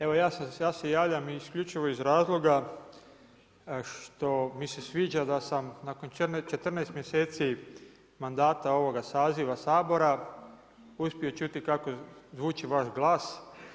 Evo ja se javljam isključivo iz razloga što mi se sviđa da sam nakon 14 mjeseci mandata ovoga saziva Sabora uspio čuti kako zvuči vaš glas.